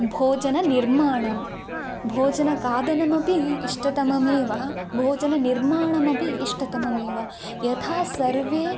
भोजनिर्माणं भोजनखादनमपि इष्टतममेव भोजननिर्माणमपि इष्टतममेव यथा सर्वे